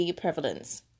prevalence